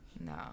No